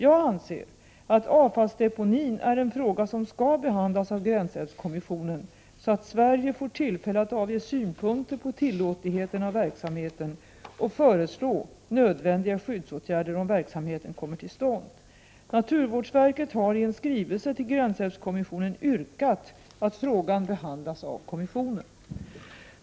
Jag anser att avfallsdeponin är en fråga som skall behandlas av gränsälvskommissionen, så att Sverige får tillfälle att avge synpunkter på tillåtligheten av verksamheten och föreslå nödvändiga skyddsåtgärder om verksamheten kommer till stånd. Naturvårdsverket har i en skrivelse till gränsälvskommissionen yrkat att frågan behandlas av kommissionen.